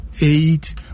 eight